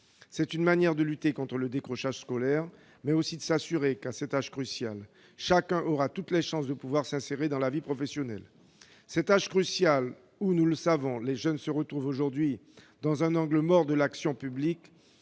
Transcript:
C'est une manière de lutter contre le décrochage scolaire, mais aussi de s'assurer qu'à cet âge crucial chacun aura toutes les chances de pouvoir s'insérer dans la vie professionnelle. Cet âge est crucial, parce que, nous le savons, les jeunes se retrouvent aujourd'hui dans un angle mort de l'action publique